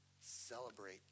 celebrate